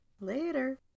Later